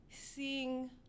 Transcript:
seeing